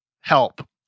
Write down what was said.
help